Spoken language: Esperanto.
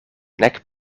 nek